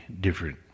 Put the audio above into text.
different